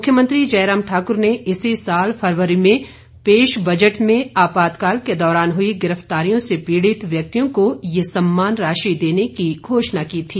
मुख्यमंत्री जयराम ठाकुर ने इसी साल फरवरी में पेश बजट में आपातकाल के दौरान हुई गिरफ्तारियों से पीड़ित व्यक्तियों को ये सम्मान राशि देने की घोषणा की थी